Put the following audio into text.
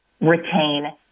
retain